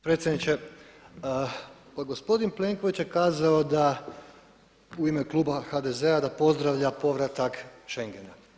Predsjedniče, pa gospodin Plenković je kazao da u ime kluba HDZ-a da pozdravlja povratak schengena.